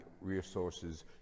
resources